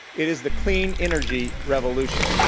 it is the clean energy revolution.